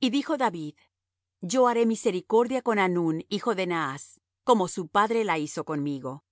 y dijo david yo haré misericordia con hanún hijo de naas como su padre la hizo conmigo